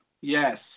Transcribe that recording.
Yes